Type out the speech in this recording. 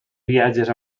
viatges